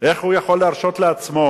איך הוא יכול להרשות לעצמו